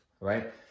right